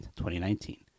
2019